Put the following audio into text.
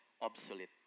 obsolete